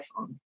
iPhone